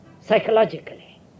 psychologically